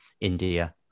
India